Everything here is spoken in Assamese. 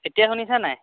এতিয়া শুনিছা নাই